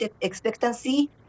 expectancy